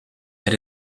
that